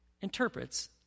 interprets